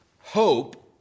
hope